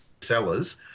sellers